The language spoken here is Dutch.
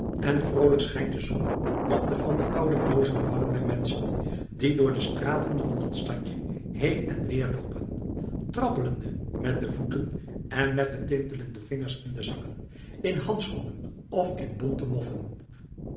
en vroolijk schijnt de zon op de van de koude blozende wangen der menschen die door de straten van het stadje heen en weer loopen trappelende met de voeten en met de tintelende vingers in de zakken in handschoenen of in bonte moffen